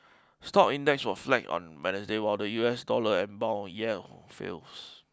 stock index was flat on Wednesday while the U S dollar and bond yell fills